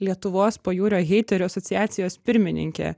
lietuvos pajūrio heiterių asociacijos pirmininkė